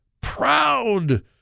proud